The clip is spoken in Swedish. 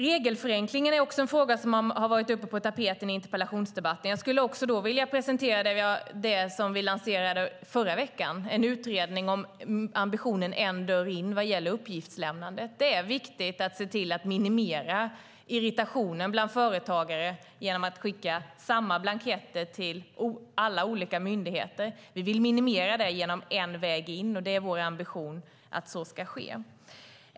Regelförenklingen är också en fråga som har varit på tapeten i interpellationsdebatten. Jag skulle då vilja presentera det som vi lanserade förra veckan, en utredning om ambitionen att det ska vara en dörr in vad gäller uppgiftslämnandet. Det är viktigt att se till att minimera irritationen bland företagare. Det handlar om att skicka samma blanketter till alla olika myndigheter. Vi vill minimera det genom att det ska vara en väg in, och det är vår ambition att så ska ske.